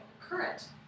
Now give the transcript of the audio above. current